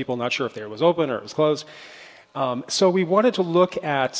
people not sure if there was open or close so we wanted to look at